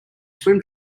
swim